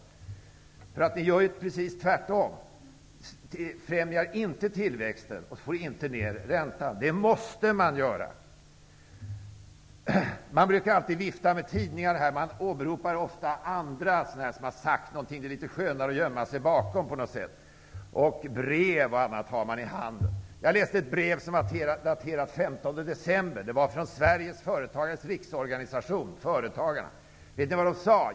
Det som händer nu blir ju precis tvärtom, dvs. tillväxten främjas inte och räntan sänks inte. Det måste göras! Man brukar alltid vifta med tidningar här i kammaren, och man åberopar ofta vad andra har sagt. Det är litet skönare att gömma sig bakom andras ord. Man kan även ha brev och annat i handen! Jag har läst ett brev daterat den 15 december från Företagarnas Riksorganisation. Vet ni vad de säger?!